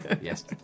yes